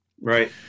Right